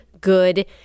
good